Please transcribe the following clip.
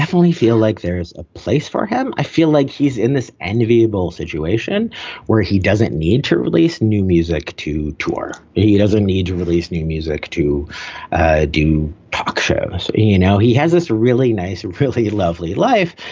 definitely feel like there's a place for him. i feel like he's in this enviable situation where he doesn't need to release new music to tour. but he doesn't need to release new music to do talk shows. you know, he has this really nice, really lovely life.